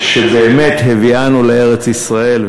שבאמת הביאנו לארץ-ישראל.